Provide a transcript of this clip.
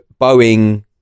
boeing